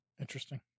Interesting